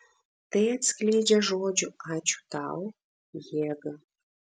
tai atskleidžia žodžių ačiū tau jėgą